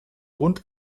rund